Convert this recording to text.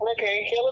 Okay